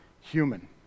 human